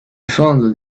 fondled